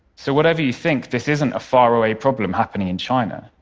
so whatever you think, this isn't a faraway problem happening in china.